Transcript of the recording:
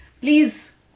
please